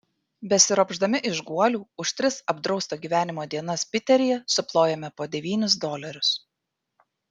besiropšdami iš guolių už tris apdrausto gyvenimo dienas piteryje suplojome po devynis dolerius